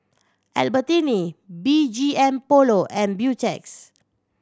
Albertini B G M Polo and Beautex